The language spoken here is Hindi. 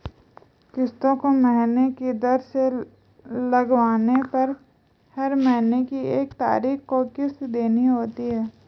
किस्तों को महीने की दर से लगवाने पर हर महीने की एक तारीख को किस्त देनी होती है